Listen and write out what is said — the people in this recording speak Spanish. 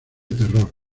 terror